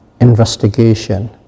investigation